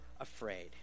afraid